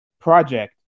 project